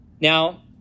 now